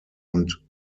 und